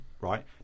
right